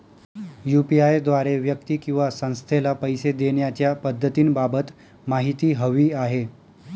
UPI द्वारे व्यक्ती किंवा संस्थेला पैसे देण्याच्या पद्धतींबाबत माहिती हवी आहे